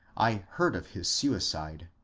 i heard of his suicide.